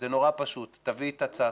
זה נורא פשוט, תביא את הצעתך,